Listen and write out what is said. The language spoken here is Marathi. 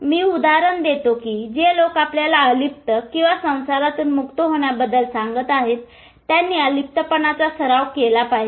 मी उदाहरण देतो की जे लोक आपल्याला अलिप्त किंवा संसारातून मुक्त होण्याबद्दल सांगत आहेत त्यांनी अलिप्तपणाचा सराव केला पाहिजे